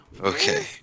Okay